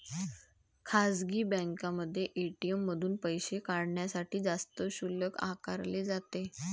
खासगी बँकांमध्ये ए.टी.एम मधून पैसे काढण्यासाठी जास्त शुल्क आकारले जाते